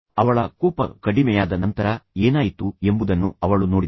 ಅವಳ ಕೋಪ ಕಡಿಮೆಯಾದ ನಂತರ ಏನಾಯಿತು ಎಂಬುದನ್ನು ಅವಳು ನೋಡಿದಳು